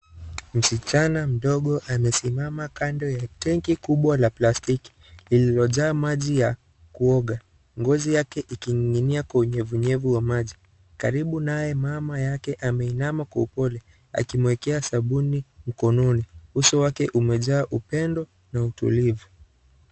Msichana mdogo amesimama kando ya tenki kubwa la plastiki lililojaa maji ya kuoga. Ngozi yake ikining'inia kwa unyevunyevu wa maji. Karibu naye mamayake ameinama kwa upole akimwekea sabuni mkononi. Uso wake umejaa upendo na utulivu.